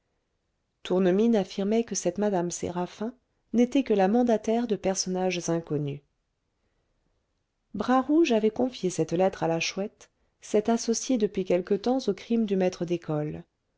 tournemine affirmait que cette mme séraphin n'était que la mandataire de personnages inconnus bras rouge avait confié cette lettre à la chouette cette associée depuis quelque temps aux crimes du maître d'école